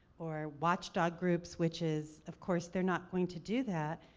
or watchdog groups, which is, of course they're not going to do that.